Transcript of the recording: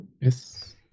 Yes